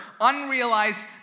unrealized